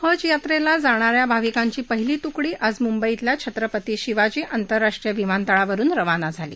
हजयात्रेला जाणा या भाविकांची पहिली तुकडी आज मुंबईतल्या छत्रपती शिवाजी आंतरराष्ट्रीय विमानतळावरुन रवाना झाली